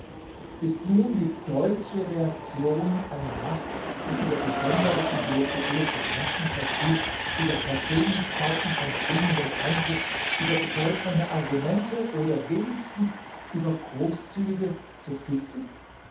ist nun die deutsche reaktion eine macht die über besondere intellektuelle potenzen verfügt über persönlichkeiten von zwingendem eindruck über bedeutsame argumente oder wenigstens über großzügige